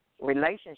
relationship